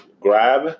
grab